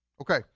okay